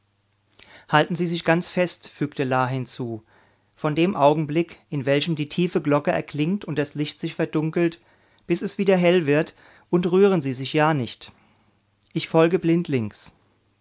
halten sie sich ganz fest fügte la hinzu von dem augenblick in welchem die tiefe glocke erklingt und das licht sich verdunkelt bis es wieder hell wird und rühren sie sich ja nicht ich folge blindlings